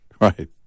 Right